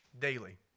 Daily